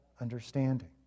understanding